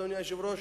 אדוני היושב-ראש,